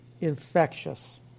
infectious